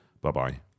bye-bye